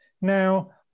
Now